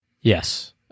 Yes